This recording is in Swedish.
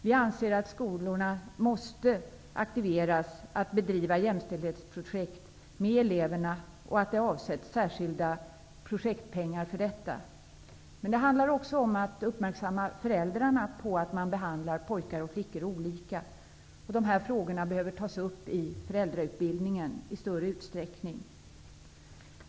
Vi anser att skolorna måste aktiveras att bedriva jämställdhetsprojekt med eleverna och att det avsätts särskilda projektpengar för detta. Det handlar också om att uppmärksamma föräldrarna på att pojkar och flickor behandlas olika. Dessa frågor behöver tas upp i föräldrautbildningen i ökad utsträckning.